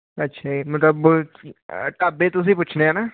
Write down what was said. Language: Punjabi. ਅੱਛਾ ਜੀ ਮਤਲਬ ਢਾਬੇ ਤੁਸੀਂ ਪੁੱਛਣੇ ਐ ਨਾ